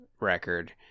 record